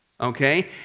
Okay